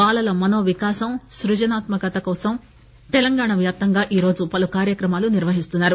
బాలల మనో వికాసం స్పజనాత్మకత కోసం తెలంగాణా వ్యాప్తంగా ఈరోజు పలు కార్యక్రమాలను నిర్వహిస్తున్నారు